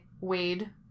Wade